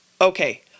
Okay